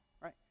right